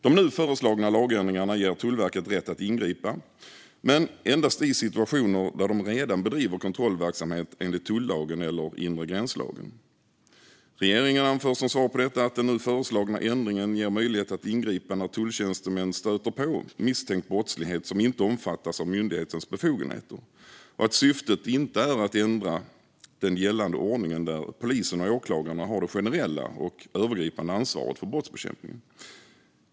De nu föreslagna lagändringarna ger Tullverket rätt att ingripa, men endast i situationer där de redan bedriver kontrollverksamhet enligt tulllagen eller inregränslagen. Regeringen anför som svar på detta att den nu föreslagna ändringen ger möjlighet att ingripa när tulltjänstemän stöter på misstänkt brottslighet som inte omfattas av myndighetens befogenheter och att syftet inte är att ändra den gällande ordningen, där polisen och åklagarna har det generella och övergripande ansvaret för brottsbekämpningen.